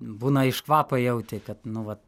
būna iš kvapą jauti kad nu vat